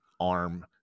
arm